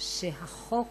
שהחוק